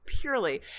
purely